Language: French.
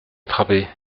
attraper